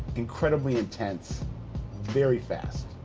incredibly intense very fast.